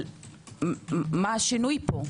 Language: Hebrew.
מה השינוי פה?